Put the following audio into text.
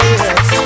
yes